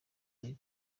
iri